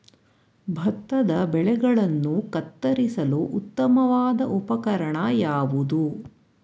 ಭತ್ತದ ಬೆಳೆಗಳನ್ನು ಕತ್ತರಿಸಲು ಉತ್ತಮವಾದ ಉಪಕರಣ ಯಾವುದು?